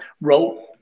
wrote